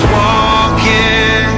walking